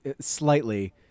slightly